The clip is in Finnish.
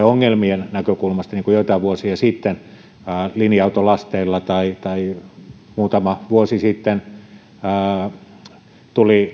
ongelmia tulee niin kuin joitain vuosia sitten tuli linja autolastillisia ja muutama vuosi sitten tuli